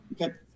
okay